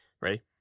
Ready